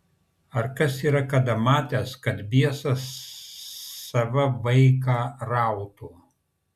ar kas yra kada matęs kad biesas sava vaiką rautų